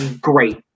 Great